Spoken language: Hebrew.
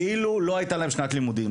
כאילו לא הייתה להם שנת לימודים.